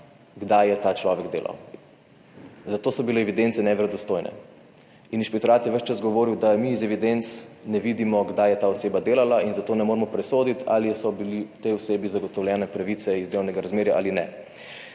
kdaj je ta človek delal, zato so bile evidence neverodostojne. In inšpektorat je ves čas govoril, da mi iz evidenc ne vidimo, kdaj je ta oseba delala in zato ne moremo presoditi, ali so bili tej osebi zagotovljene pravice iz delovnega razmerja ali ne.